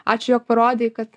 ačiū jog parodei kad